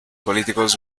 políticos